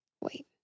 wait